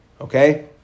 okay